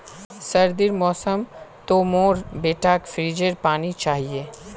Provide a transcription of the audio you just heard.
सर्दीर मौसम तो मोर बेटाक फ्रिजेर पानी चाहिए